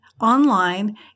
online